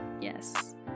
Yes